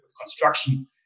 construction